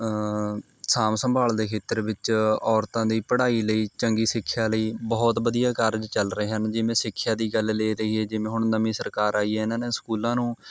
ਸਾਂਭ ਸੰਭਾਲ ਦੇ ਖੇਤਰ ਵਿੱਚ ਔਰਤਾਂ ਦੀ ਪੜ੍ਹਾਈ ਲਈ ਚੰਗੀ ਸਿੱਖਿਆ ਲਈ ਬਹੁਤ ਵਧੀਆ ਕਾਰਜ ਚੱਲ ਰਹੇ ਹਨ ਜਿਵੇਂ ਸਿੱਖਿਆ ਦੀ ਗੱਲ ਲੈ ਲਈਏ ਜਿਵੇਂ ਹੁਣ ਨਵੀਂ ਸਰਕਾਰ ਆਈ ਹੈ ਇਹਨਾਂ ਨੇ ਸਕੂਲਾਂ ਨੂੰ